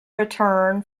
return